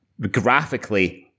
graphically